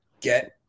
get